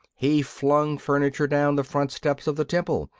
he flung furniture down the front steps of the temple,